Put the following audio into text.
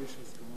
הצעה